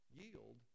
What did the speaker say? yield